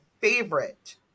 favorite